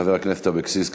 חברת הכנסת אבקסיס,